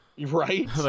right